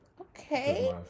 Okay